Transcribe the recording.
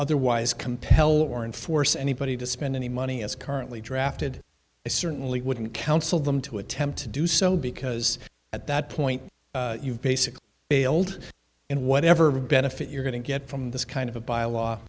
otherwise compel warren force anybody to spend any money as currently drafted i certainly wouldn't counsel them to attempt to do so because at that point you've basically failed in whatever benefit you're going to get from this kind of a byelaw